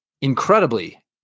incredibly